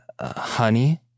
Honey